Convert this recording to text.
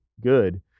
good